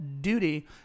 duty